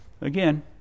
again